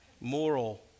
moral